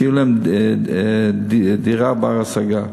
שתהיה להם דירה בת-השגה.